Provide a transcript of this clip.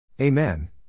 Amen